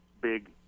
big